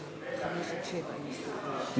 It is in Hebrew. ל-29(4) הוסרה ההסתייגות,